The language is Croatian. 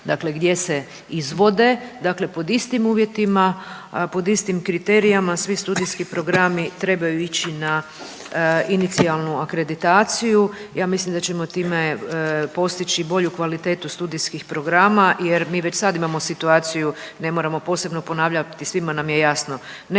dakle gdje se izvode, dakle pod istim uvjetima, pod istim kriterijima svi studijski programi trebaju ići na inicijalnu akreditaciju. Ja mislim da ćemo time postići bolju kvalitetu studijskih programa jer mi već sad imamo situaciju, ne moramo posebno ponavljati, svima nam je jasno,